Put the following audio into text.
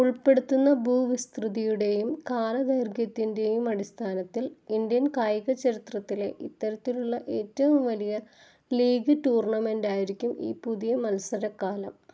ഉള്പ്പെടുത്തുന്ന ഭൂവിസ്തൃതിയുടെയും കാലദൈർഘ്യത്തിന്റെയും അടിസ്ഥാനത്തിൽ ഇൻഡ്യൻ കായിക ചരിത്രത്തിലെ ഇത്തരത്തിലുള്ള ഏറ്റവും വലിയ ലീഗ് ടൂർണമെൻറ്റായിരിക്കും ഈ പുതിയ മത്സരക്കാലം